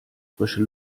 frische